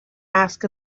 ask